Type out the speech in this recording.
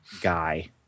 guy